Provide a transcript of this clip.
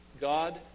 God